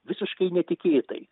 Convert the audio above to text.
visiškai netikėtai